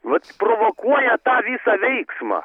vat provokuoja tą visą veiksmą